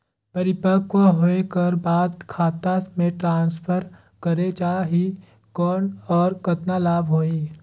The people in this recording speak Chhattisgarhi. परिपक्व होय कर बाद खाता मे ट्रांसफर करे जा ही कौन और कतना लाभ होही?